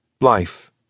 life